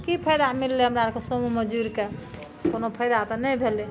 की फैदा मिललै हमरा आरके संघमे जुरिके कोनो फैदा तऽ नहि भेलै